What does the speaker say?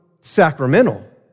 sacramental